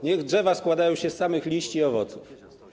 Niech drzewa składają się z samych liści i owoców.